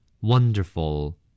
Wonderful